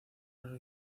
los